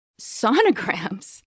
sonograms